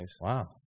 Wow